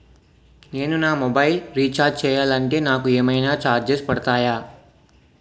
నేను నా mobile recharge చేయాలంటే నాకు ఏమైనా చార్జెస్ పడతాయా?